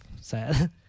sad